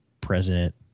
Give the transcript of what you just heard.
president